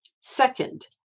Second